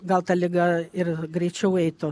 gal ta liga ir greičiau eitų